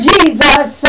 Jesus